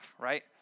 right